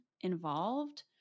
involved